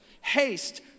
Haste